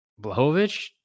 Blahovich